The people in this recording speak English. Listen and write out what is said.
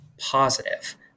positive